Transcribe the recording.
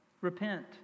Repent